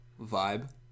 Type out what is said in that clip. vibe